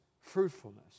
fruitfulness